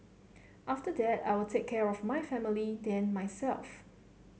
after that I'll take care of my family then myself